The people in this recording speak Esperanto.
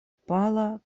pala